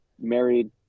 married